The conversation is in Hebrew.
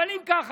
אבל אם ככה,